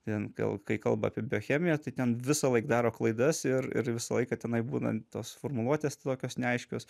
ten gal kai kalba apie biochemiją tai ten visąlaik daro klaidas ir ir visą laiką tenai būna tos formuluotės tokios neaiškios